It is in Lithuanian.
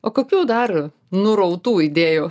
o kokių dar nurautų idėjų